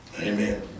amen